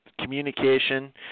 communication